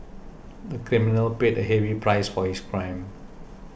the criminal paid a heavy price for his crime